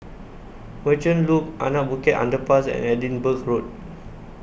Merchant Loop Anak Bukit Underpass and Edinburgh Road